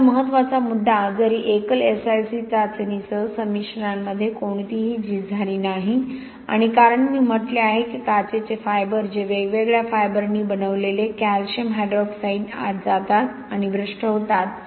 तर महत्त्वाचा मुद्दा जरी एकल SIC चाचणीसह संमिश्रामध्ये कोणतीही झीज झाली नाही आणि कारण मी म्हटले आहे की काचेचे तंतू जे वेगवेगळ्या तंतूंनी बनवलेले कॅल्शियम हायड्रॉक्साईड आत जातात आणि भ्रष्ट होतात